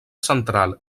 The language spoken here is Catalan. central